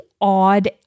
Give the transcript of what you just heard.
odd